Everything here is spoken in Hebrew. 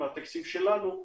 מהתקציב שלנו,